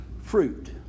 Fruit